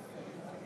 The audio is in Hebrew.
אז בעד